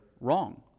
wrong